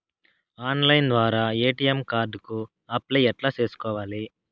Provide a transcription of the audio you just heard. Online ద్వారా ATM card కు apply ఎట్లా సేసుకోవాలి?